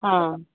हां